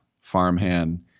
farmhand